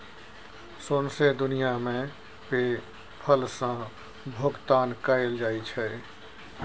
सौंसे दुनियाँ मे पे पल सँ भोगतान कएल जाइ छै